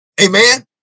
Amen